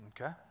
Okay